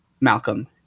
Malcolm